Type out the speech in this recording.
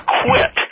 quit